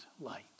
light